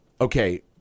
Okay